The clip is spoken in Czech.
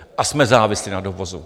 A jsme závislí na dovozu.